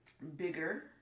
bigger